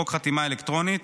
חוק חתימה אלקטרונית.